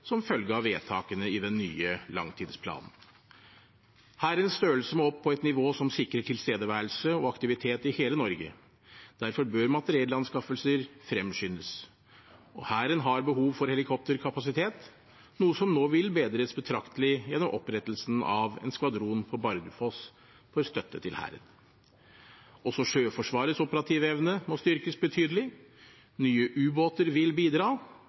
som følge av vedtakene i den nye langtidsplanen. Hærens størrelse må opp på et nivå som sikrer tilstedeværelse og aktivitet i hele Norge. Derfor bør materiellanskaffelser fremskyndes. Hæren har også behov for helikopterkapasitet, noe som nå vil bedres betraktelig gjennom opprettelsen av en skvadron på Bardufoss for støtte til Hæren. Også Sjøforsvarets operative evne må styrkes betydelig. Nye ubåter vil bidra,